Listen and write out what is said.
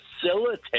facilitate